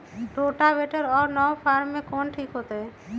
Rotavator और नौ फ़ार में कौन ठीक होतै?